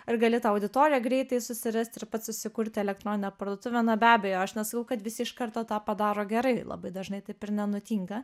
ar gali tą auditoriją greitai susirasti ir pats susikurti elektroninę parduotuvę na be abejo aš nesakau kad visi iš karto tą padaro gerai labai dažnai taip ir nenutinka